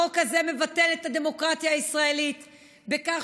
החוק הזה מבטל את הדמוקרטיה הישראלית בכך